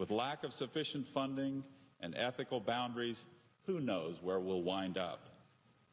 with a lack of sufficient funding and ethical boundaries who knows where we'll wind up